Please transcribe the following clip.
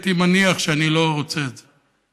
הייתי מניח שאני לא רוצה את זה,